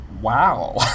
wow